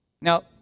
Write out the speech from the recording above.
Now